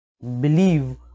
believe